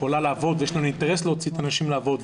ויש לנו אינטרס להוציא את הנשים לעבוד,